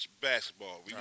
basketball